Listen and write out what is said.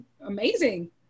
amazing